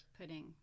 pudding